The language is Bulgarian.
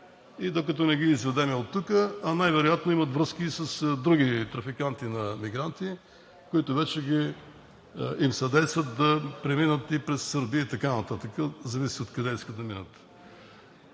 докато не ги изведем оттук, а най-вероятно имат връзки и с други трафиканти на мигранти, които вече им съдействат да преминат и през Сърбия, и така нататък, зависи откъде искат да минат.